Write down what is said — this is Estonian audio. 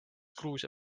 gruusia